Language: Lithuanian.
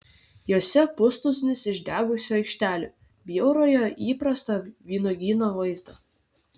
jose pustuzinis išdegusių aikštelių bjaurojo įprastą vynuogyno vaizdą